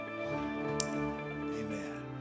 Amen